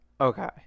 okay